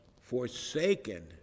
forsaken